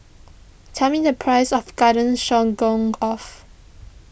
tell me the price of Garden Stroganoff